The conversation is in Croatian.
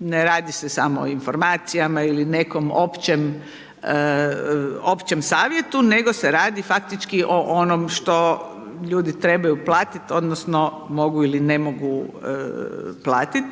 Ne radi se samo o informacijama ili nekom općem savjetu, nego se radi faktički o onom što ljudi trebaju platiti, odnosno, mogu ili ne mogu platiti.